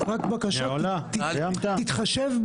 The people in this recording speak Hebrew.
הישיבה ננעלה בשעה 13:00.